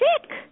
sick